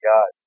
God